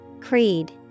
Creed